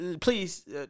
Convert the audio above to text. please